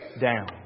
down